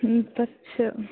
پَتہٕ چھِ